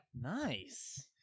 nice